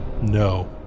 No